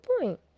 point